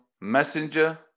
messenger